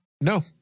No